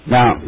Now